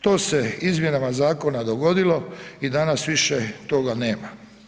To se izmjenama zakona dogodilo i danas više toga nema.